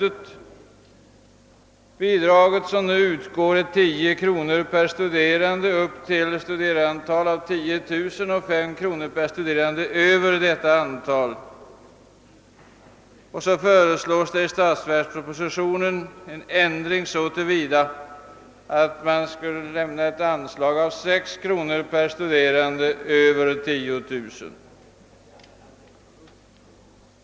Det nuvarande bidraget är 10 kronor per studerande upp till ett studerandeantal av 10 000 och 5 kronor per studerande över detta antal. I stats verkspropositionen föreslås en ändring så till vida att bidraget skall höjas till 6 kronor per studerande utöver de 10 000.